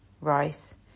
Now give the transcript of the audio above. rice